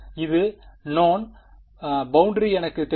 அது known boundary எனக்குத் தெரிந்தால் n